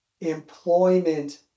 employment